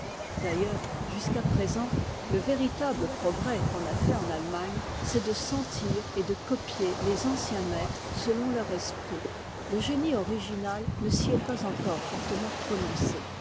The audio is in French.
d'ailleurs jusqu'à présent le véritable progrès qu'on a fait en allemagne c'est de sentir et de copier les anciens maîtres selon leur esprit le génie original ne s'y est pas encore fortement prononcé